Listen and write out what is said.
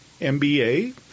MBA